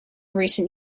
recent